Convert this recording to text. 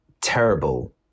terrible